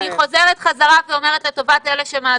אני חוזרת ואומרת לטובת אלה שמאזינים,